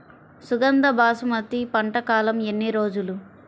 సుగంధ బాసుమతి పంట కాలం ఎన్ని రోజులు?